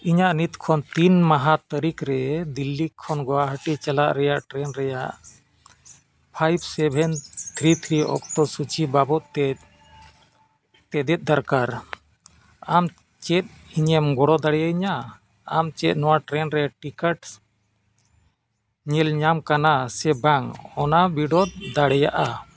ᱤᱧ ᱱᱤᱛ ᱠᱷᱚᱱ ᱛᱤᱱ ᱢᱟᱦᱟ ᱛᱟᱹᱨᱤᱠᱷ ᱨᱮ ᱫᱤᱞᱞᱤ ᱠᱷᱚᱱ ᱜᱳᱣᱟᱦᱟᱴᱤ ᱪᱟᱞᱟᱜ ᱨᱮᱱᱟᱜ ᱴᱨᱮᱱ ᱨᱮᱱᱟᱜ ᱯᱷᱟᱭᱤᱵᱽ ᱥᱮᱵᱷᱮᱱ ᱛᱷᱨᱤ ᱛᱷᱨᱤ ᱚᱠᱛᱚ ᱥᱩᱪᱤ ᱵᱟᱵᱚᱫ ᱛᱮ ᱛᱮᱛᱮᱫ ᱫᱚᱨᱠᱟᱨ ᱟᱢ ᱪᱮᱫ ᱤᱧᱮᱢ ᱜᱚᱲᱚ ᱫᱟᱲᱮᱭᱟᱹᱧᱟᱹ ᱟᱢ ᱪᱮᱫ ᱱᱚᱣᱟ ᱴᱨᱮᱱ ᱨᱮ ᱴᱤᱠᱤᱴ ᱥᱮᱞ ᱧᱟᱢᱚᱜ ᱠᱟᱱᱟ ᱥᱮ ᱵᱟᱝ ᱚᱱᱟᱢ ᱵᱤᱰᱟᱹᱣ ᱫᱟᱲᱮᱭᱟᱜᱼᱟ